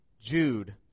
Jude